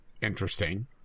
Interesting